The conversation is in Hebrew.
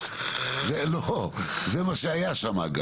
זה מה שהיה שם אגב.